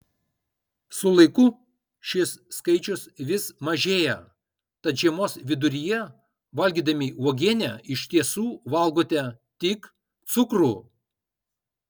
su laiku šis skaičius vis mažėja tad žiemos viduryje valgydami uogienę iš tiesų valgote tik cukrų